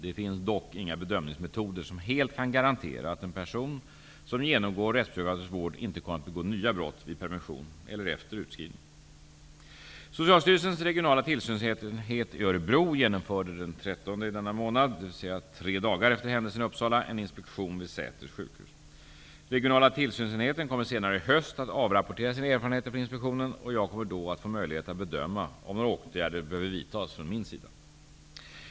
Det finns dock inga bedömningsmetoder som helt kan garantera att en person som genomgår rättspsykiatrisk vård inte kommer att begå nya brott vid permission eller efter utskrivning. Socialstyrelsens regionala tillsynsenhet i Örebro genomförde den 13 oktober 1993 -- dvs. tre dagar efter händelsen i Uppsala -- en inspektion vid Säters sjukhus. Regionala tillsynsenheten kommer senare i höst att avrapportera sina erfarenheter från inspektionen och jag kommer då att få möjlighet att bedöma om några åtgärder behöver vidtas från min sida.